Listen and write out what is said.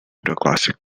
classic